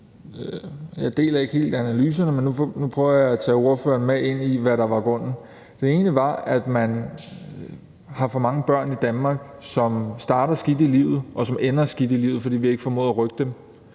Jeg deler ikke helt analyserne, men nu prøver jeg at tage ordføreren med ind i, hvad der var grundene. Den ene var, at man har for mange børn i Danmark, som starter skidt i livet, og som ender skidt i livet, fordi vi ikke har formået at rykke dem.